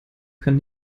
kann